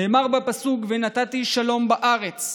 נאמר בפסוק "ונתתי שלום בארץ".